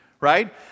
right